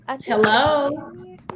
Hello